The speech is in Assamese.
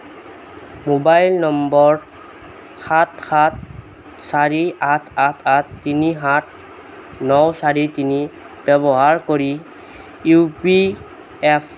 মোবাইল নম্বৰ সাত সাত চাৰি আঠ আঠ আঠ তিনি সাত ন চাৰি তিনি ব্যৱহাৰ কৰি ই পি এফ অ'